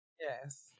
Yes